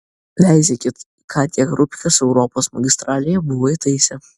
veizėkit ką tie rupkės europos magistralėje buvo įtaisę